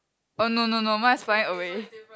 oh no no no mine is flying away